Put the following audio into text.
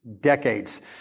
decades